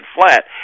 flat